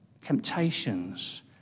temptations